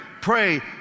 pray